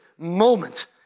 Moment